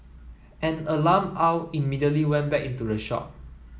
an alarm Aw immediately went back into the shop